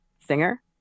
singer